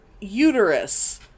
uterus